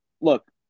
look